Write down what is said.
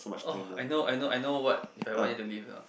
orh I know I know I know what if I want you to leave